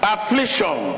Affliction